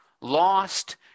lost